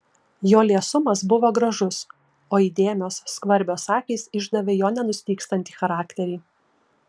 jo liesumas buvo gražus o įdėmios skvarbios akys išdavė jo nenustygstantį charakterį